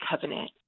covenant